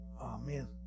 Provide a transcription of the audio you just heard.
amen